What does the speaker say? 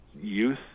youth